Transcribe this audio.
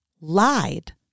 lied